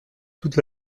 toute